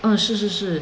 哦是是是